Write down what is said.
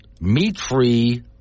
meat-free